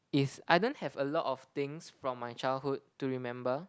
is I don't have a lot of things from my childhood to remember